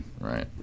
Right